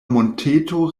monteto